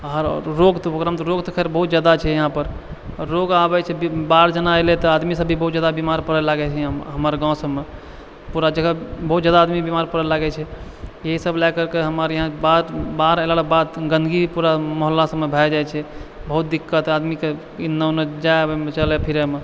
रोग ओकरामे तऽ रोग तऽ खैर बहुत जादा छै यहाँपर आओर रोग आबै छै बाढ़ जेना एलै तऽ आदमी सबभी बहुत जादा बिमार पड़ै लागै छै हमर गाँव सबमे पूरा जगह बहुत जादा आदमी बीमार पड़ऽ लागै छै एहिसब लए करके हमर यहाँ बाढ़ि अयलाके बाद गन्दगी पूरा मोहल्ला सबमे भए जाइ छै बहुत दिक्कत आदमी के एन्ने ओन्ने जाइ आबैमे चलै फिरैमे